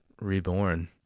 Reborn